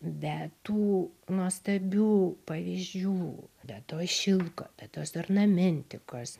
be tų nuostabių pavyzdžių be to šilko be tos ornamentikos